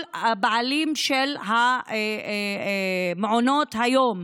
כל הבעלים של מעונות היום,